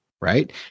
right